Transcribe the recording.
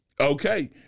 Okay